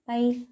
Bye